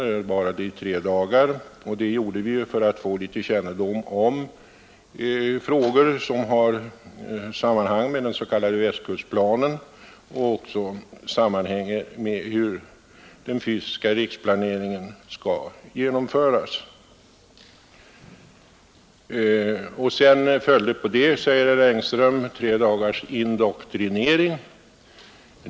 Det varade i tre dagar. Vi gjorde besöket för att få kännedom om hur frågor som har sammanhang med den s.k. Västkustplanen uppfattas på länsoch kommunal nivå. Sedan följde, säger herr Engström, tre dagars indoktrinering.